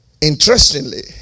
Interestingly